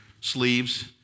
sleeves